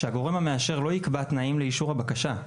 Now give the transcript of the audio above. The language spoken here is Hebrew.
שהגורם המאשר לא יקבע תנאים לאישור הבקשה,